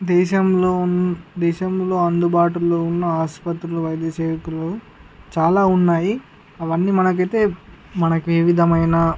దేశంలో ఉ దేశంలో అందుబాటులో ఉన్న ఆసుపత్రులు వైద్యసేవలు చాలా ఉన్నాయి అవన్నీ మనకైతే మనకి ఏ విధమైన